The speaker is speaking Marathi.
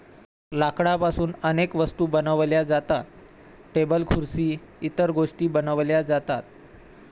लाकडापासून अनेक वस्तू बनवल्या जातात, टेबल खुर्सी इतर गोष्टीं बनवल्या जातात